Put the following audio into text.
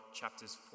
chapters